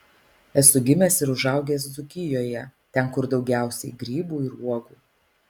esu gimęs ir užaugęs dzūkijoje ten kur daugiausiai grybų ir uogų